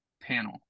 panel